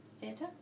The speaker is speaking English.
Santa